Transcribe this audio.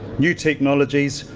new technologies,